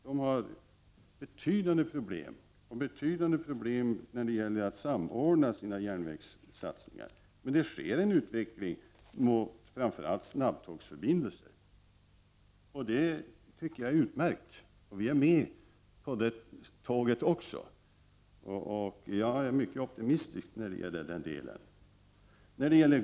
Man har betydande problem när det gäller att samordna järnvägssatsningarna, men det pågår en utveckling mot framför allt snabbtågsförbindelser. Detta är utmärkt, tycker jag, och vi är med på det tåget också. Jag är mycket optimistisk i det fallet.